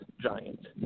giant